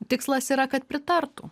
tikslas yra kad pritartų